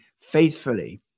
faithfully